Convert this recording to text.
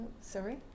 Sorry